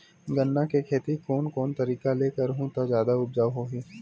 गन्ना के खेती कोन कोन तरीका ले करहु त जादा उपजाऊ होही?